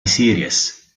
series